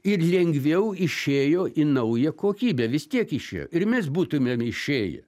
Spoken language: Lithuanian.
ir lengviau išėjo į naują kokybę vis tiek išėjo ir mes būtumėm išėję